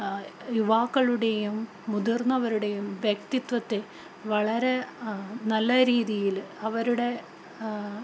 യുവാക്കളുടെയും മുതിർന്നവരുടെയും വ്യക്തിത്വത്തെ വളരെ നല്ല രീതിയില് അവരുടെ